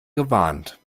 gewarnt